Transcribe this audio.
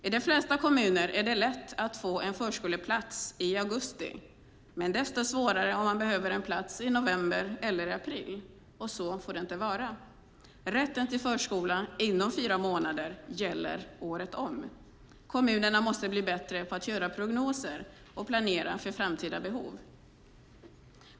I de flesta kommuner är det lätt att få en förskoleplats i augusti men desto svårare om man behöver en plats i november eller april. Så får det inte vara. Rätten till förskola inom fyra månader gäller året om. Kommunerna måste bli bättre på att göra prognoser och planera för framtida behov.